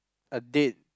a date